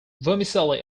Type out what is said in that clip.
vermicelli